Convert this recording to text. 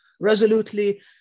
resolutely